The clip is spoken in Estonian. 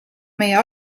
meie